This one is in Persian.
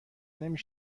نمی